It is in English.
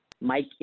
Mike